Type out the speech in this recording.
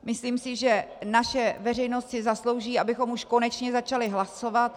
Myslím si, že naše veřejnost si zaslouží, abychom už konečně začali hlasovat.